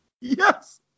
Yes